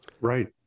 Right